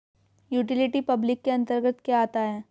Utility public के अंतर्गत क्या आता है?